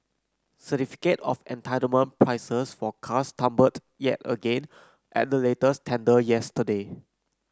certificate of entitlement prices for cars tumbled yet again at the latest tender yesterday